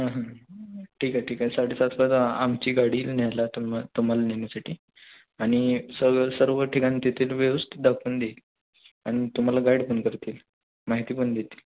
हां हां ठीक आहे ठीक आहे साडेसातला आमची गाडी न्यायला तुम्हा तुम्हाला नेण्यासाठी आणि सगळं सर्व ठिकाणं तेथील व्यवस्थित दाखवून देईल आणि तुम्हाला गाईड पण करतील माहिती पण देतील